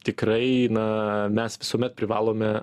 tikrai na mes visuomet privalome